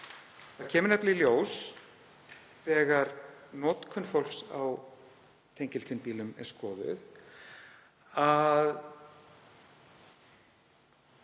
Það kemur nefnilega í ljós þegar notkun fólks á tengiltvinnbílum er skoðuð að